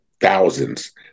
thousands